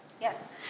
Yes